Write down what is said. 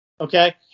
Okay